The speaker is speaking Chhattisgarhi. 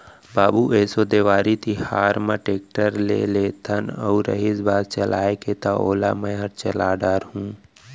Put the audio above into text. बाबू एसो देवारी तिहार म टेक्टर लेइ लेथन अउ रहिस बात चलाय के त ओला मैंहर चला डार हूँ